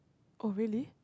oh really